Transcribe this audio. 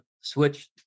switch